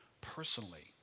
personally